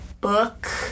book